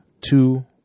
two